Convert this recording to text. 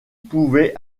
pouvait